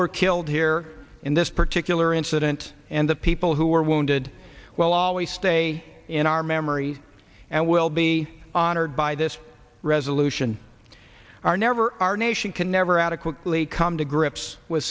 were killed here in this particular incident and the people who were wounded well always stay in our memory and will be honored by this resolution are never our nation can never adequately come to grips with